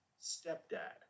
stepdad